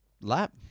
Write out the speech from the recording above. lap